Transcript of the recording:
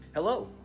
Hello